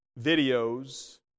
videos